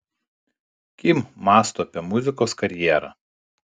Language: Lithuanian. kim mąsto apie muzikos karjerą